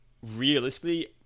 Realistically